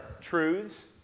truths